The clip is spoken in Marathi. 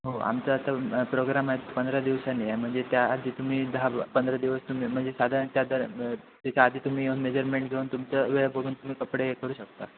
हो आमचा आता प्रोग्राम आहे पंधरा दिवसानी आहे म्हणजे त्याआधी तुम्ही दहा पंधरा दिवस तुम्ही म्हणजे साधारण त्या द्या आधी तुम्ही येऊन मेजरमेंट घेऊन तुमच्या वेळ बघून तुम्ही कपडे हे करू शकता